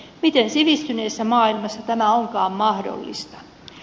miten sivistyneessä maailmassa tämä onkaan mahdollista